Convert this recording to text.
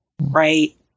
right